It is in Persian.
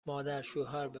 مادرشوهربه